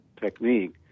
technique